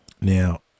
Now